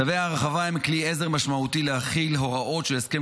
צווי ההרחבה הם כלי עזר משמעותי להחיל הוראות של הסכם